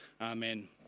amen